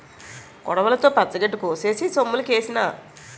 కొడవలితో పచ్చగడ్డి కోసేసి సొమ్ములుకేసినాం